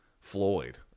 floyd